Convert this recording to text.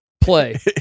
play